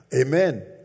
Amen